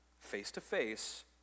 face-to-face